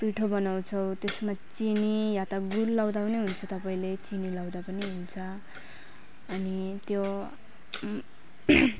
पिठो बनाउँछौँ त्यसमाथि चिनी या त गुड लगाउँदा पनि हुन्छ तपाईँले चिनी लगाउँदा पनि हुन्छ अनि त्यो